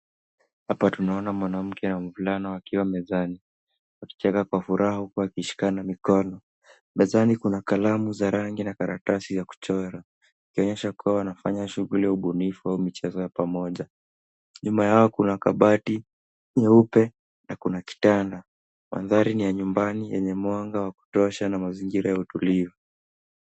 Hapa tunaona mwanamke na mvulana wakiwa mezani wakicheka kwa furaha huku wakishikana mikono. Mezani kuna kalamu za rangi na karatasi ya kuchora. Ikionyesha kuwa wanafanya shughuli ya ubunifu au michezo ya pamoja .Nyuma yao kuna kabati nyeupe na kuna kitanda. Mandhari ni ya nyumbani yenye mwanga wa kutosha na mazingira ya utulivu.